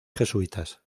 jesuitas